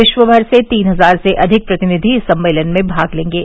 विश्वभर से तीन हजार से अधिक प्रतिनिधि इस सम्मेलन में भाग लेंगे